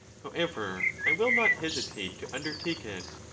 however, i will not hesitate to undertake it,